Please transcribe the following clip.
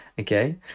okay